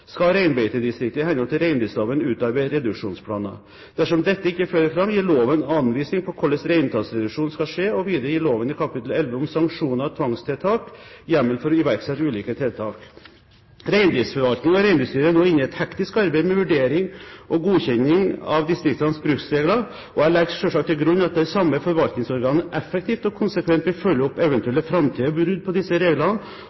skal reinbeitedistriktet i henhold til reindriftsloven utarbeide reduksjonsplaner. Dersom dette ikke fører fram, gir loven anvisning på hvordan reintallsreduksjonen skal skje, og videre gir loven i kapittel 11 om sanksjoner og tvangstiltak hjemmel for å iverksette ulike tiltak. Reindriftsforvaltningen og Reindriftsstyret er nå inne i et hektisk arbeid med vurdering og godkjenning av distriktenes bruksregler. Jeg legger selvsagt til grunn at de samme forvaltningsorganene effektivt og konsekvent vil følge opp